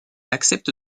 accepte